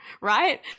right